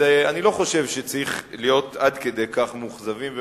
אני לא חושב שצריך להיות עד כדי כך מאוכזבים ומתוסכלים.